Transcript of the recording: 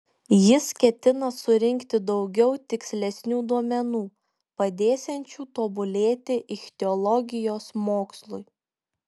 jis ketina surinkti daugiau tikslesnių duomenų padėsiančių tobulėti ichtiologijos mokslui